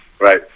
right